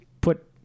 put